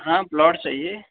हाँ प्लॉट चाहिए